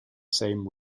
same